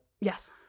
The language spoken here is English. Yes